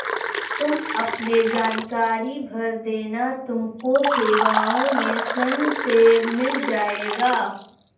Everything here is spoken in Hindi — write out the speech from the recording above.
तुम अपने जानकारी भर देना तुमको सेवाओं में ऋण टैब मिल जाएगा